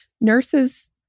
nurses